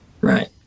Right